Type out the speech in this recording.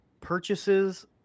purchases